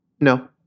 no